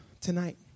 tonight